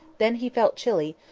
then he felt chilly,